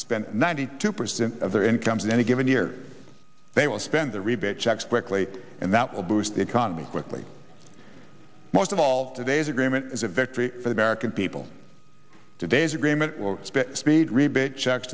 spend ninety two percent of their incomes in any given year they will spend their rebate checks quickly and that will boost the economy quickly most of all today's agreement is a victory for the american people today's agreement will speed rebate checks